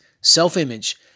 self-image